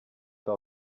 pas